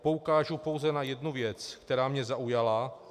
Poukážu pouze na jednu věc, která mě zaujala.